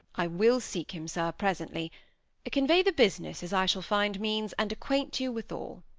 i will seek him, sir, presently convey the business as i shall find means, and acquaint you withal.